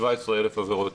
כ-17,000 עבירות.